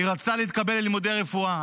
היא רצתה להתקבל ללימודי רפואה,